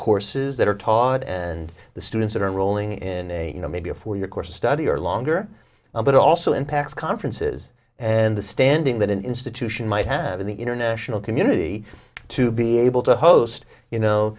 courses that are taught and the students that are rolling in you know maybe a four year course study or longer but also impacts conferences and the standing that an institution might have in the international community to be able to host you know